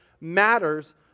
matters